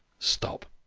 stop.